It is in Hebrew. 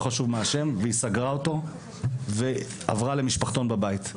לא חשוב מה השם והיא סגרה אותה ועברה למשפחתון בבית,